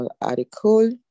article